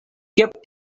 kept